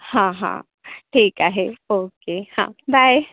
हा हा ठीक आहे ओके हा बाय